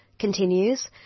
continues